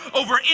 over